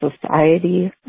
society